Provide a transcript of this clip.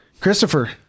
Christopher